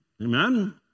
Amen